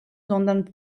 sondern